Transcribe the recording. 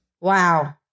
Wow